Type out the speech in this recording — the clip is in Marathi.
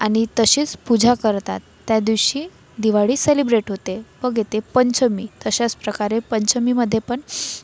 आणि तशीच पूजा करतात त्या दिवशी दिवाळी सेलिब्रेट होते मग येते पंचमी तशाच प्रकारे पंचमीमध्ये पण